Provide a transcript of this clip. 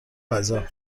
غذا